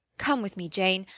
come with me, jane.